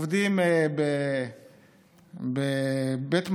עובדים בבית מלון,